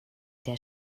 der